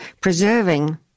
preserving